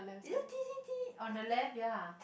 is it t_c_t on the left ya